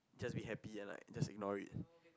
just be happy and like just ignore it